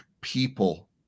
people